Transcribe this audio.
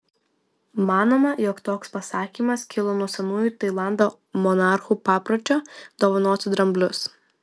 manoma jog toks pasakymas kilo nuo senųjų tailando monarchų papročio dovanoti dramblius